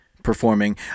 performing